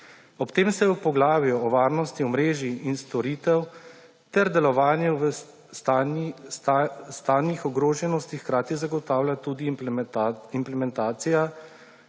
Ob tem se v poglavju o varnosti omrežij in storitev ter delovanju v stanjih ogroženosti hkrati zagotavlja tudi implementacija